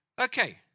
Okay